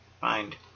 find